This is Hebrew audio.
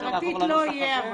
אפשר לעבור על הנוסח הזה.